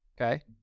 Okay